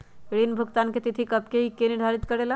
ऋण भुगतान की तिथि कव के होई इ के निर्धारित करेला?